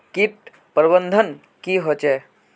किट प्रबन्धन की होचे?